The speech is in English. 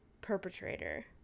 perpetrator